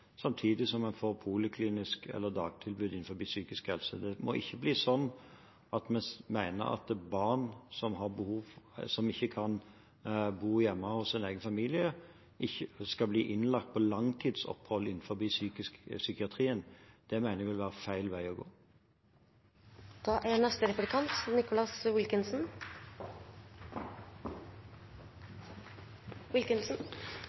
samtidig som en får poliklinisk tilbud, dagtilbud, innenfor psykisk helse. Det må ikke bli slik at vi mener at barn som ikke kan bo hjemme hos sin egen familie, skal bli innlagt på langtidsopphold innenfor psykiatrien. Det mener jeg vil være feil vei å gå. Jeg tror at regjeringen og SV er